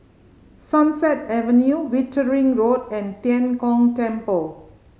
Sunset Avenue Wittering Road and Tian Kong Temple